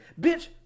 bitch